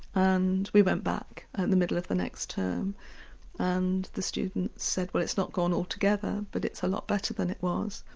and we went back in and the middle of the next term and the students said, well it's not gone altogether but it's a lot better than it was.